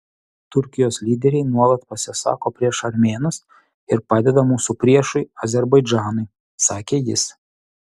turkijos lyderiai nuolat pasisako prieš armėnus ir padeda mūsų priešui azerbaidžanui sakė jis